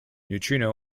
neutrino